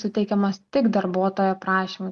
suteikiamos tik darbuotojo prašymu